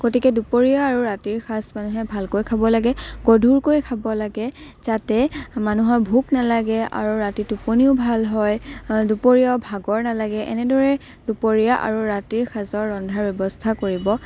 গতিকে দুপৰীয়া আৰু ৰাতিৰ সাঁজ মানুহে ভালকৈ খাব লাগে গধূৰকৈ খাব লাগে যাতে মানুহৰ ভোক নালাগে আৰু ৰাতি টোপনিও ভাল হয় দুপৰীয়া ভাগৰ নালাগে এনেদৰে দুপৰীয়া আৰু ৰাতিৰ সাঁজৰ ৰন্ধাৰ ব্যৱস্থা কৰিব